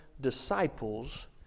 disciples